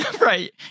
right